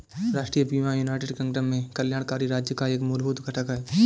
राष्ट्रीय बीमा United Kingdom में कल्याणकारी राज्य का एक मूलभूत घटक है